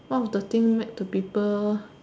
one of the thing met to people